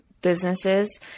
businesses